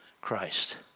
Christ